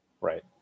Right